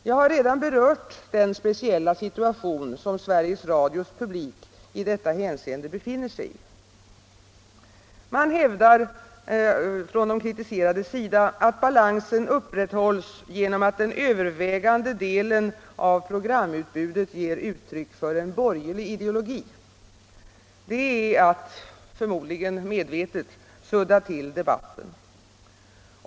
Jag har redan berört den speciella situation som Sveriges Radios publik i detta hänseende befinner sig i. De kritiserade hävdar att balansen upprätthålls genom att den övervägande delen av programutbudet ger uttryck för en borgerlig ideologi. Det är att —- förmodligen medvetet — sudda till debatten.